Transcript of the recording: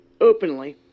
openly